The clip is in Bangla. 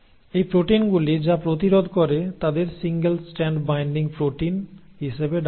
এই প্রোটিনগুলি যা প্রতিরোধ করে তাদের সিঙ্গেল স্ট্র্যান্ড বাইন্ডিং প্রোটিন হিসাবে ডাকা হয়